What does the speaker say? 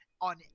on